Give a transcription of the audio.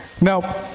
Now